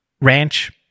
Ranch